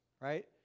right